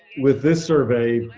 with this survey,